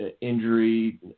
injury